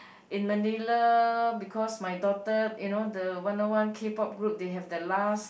in Manila because my daughter you know the one oh one k-pop group they have the last